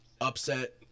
upset